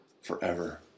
forever